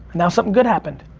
now something good happened.